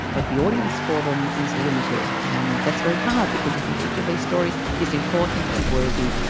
but the audience for them is limited, and that's very hard because you think each of these stories is important and worthy,